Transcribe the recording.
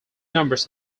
numbers